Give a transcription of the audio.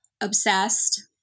obsessed